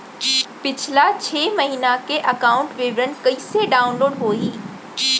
पिछला छः महीना के एकाउंट विवरण कइसे डाऊनलोड होही?